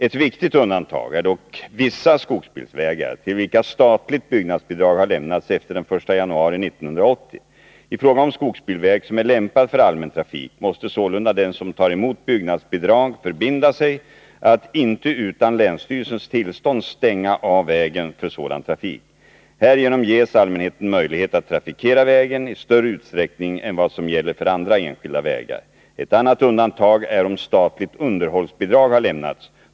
Ett viktigt undantag är dock vissa skogsbilvägar till vilka statligt byggnadsbidrag har lämnats efter den 1 januari 1980. I fråga om skogsbilväg som är lämpad för allmän trafik måste sålunda den som tar emot byggnadsbidrag förbinda sig att inte utan länsstyrelsens tillstånd stänga av vägen för sådan trafik. Härigenom ges allmänheten möjlighet att trafikera vägen i större utsträckning än vad som gäller för andra enskilda vägar. Ett annat undantag är om statligt underhållsbidrag har lämnats.